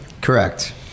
correct